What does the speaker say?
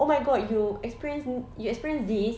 oh my god you experience you experience this